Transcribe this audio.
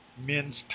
men's